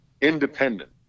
independent